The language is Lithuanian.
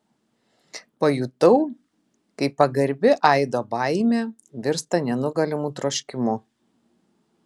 pajutau kaip pagarbi aido baimė virsta nenugalimu troškimu